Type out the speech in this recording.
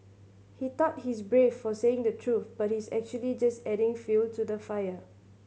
he thought he's brave for saying the truth but he's actually just adding fuel to the fire